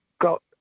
got